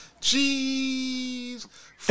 cheese